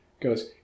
goes